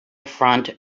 front